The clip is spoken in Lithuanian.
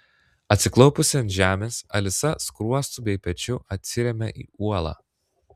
atsiklaupusi ant žemės alisa skruostu bei pečiu atsiremia į uolą